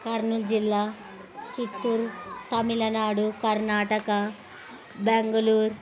కర్నూలు జిల్లా చిత్తూరు తమిళనాడు కర్ణాటక బెంగళూర్